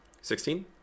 Sixteen